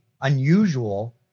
unusual